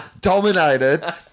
dominated